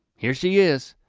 here she is,